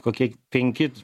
kokie penki